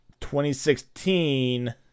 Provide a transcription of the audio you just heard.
2016